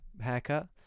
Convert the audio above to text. haircut